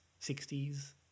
60s